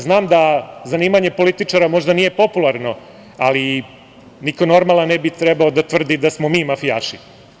Znam da zanimanje političara možda nije popularno, ali niko normalan ne bi trebao da tvrdi da smo mi mafijaši.